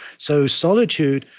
so solitude,